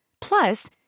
Plus